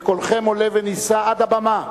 וקולכם עולה ונישא עד הבמה